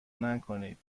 نکنید